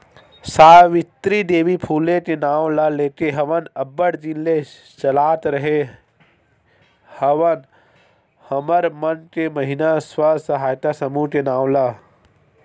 सावित्री देवी फूले के नांव ल लेके हमन अब्बड़ दिन ले चलात रेहे हवन हमर मन के महिना स्व सहायता समूह के नांव ला